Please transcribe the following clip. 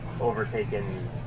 overtaken